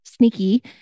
sneaky